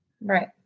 Right